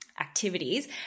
activities